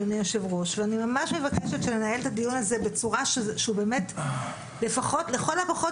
אדוני היושב ראש ואני ממש מבקשת שננהל את הדיון הזה בצורה שהוא לכל הפחות